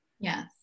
Yes